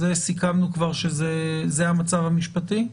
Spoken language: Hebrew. זה סיכמנו כבר שזה המצב המשפטי?